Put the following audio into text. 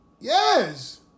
Yes